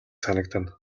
санагдана